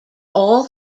all